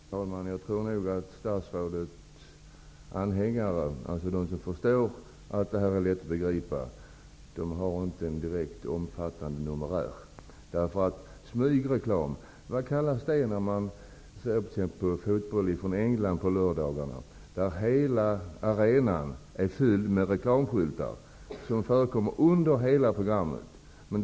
Herr talman! Jag tror nog att statsrådets anhängare, dvs. de som förstår att detta är lätt att begripa, inte har någon omfattande numerär. Vad är smygreklam? Vad kallas det när man t.ex. ser fotboll från England på lördagarna och hela arenan är fylld med reklamskyltar som förekommer under hela programmet?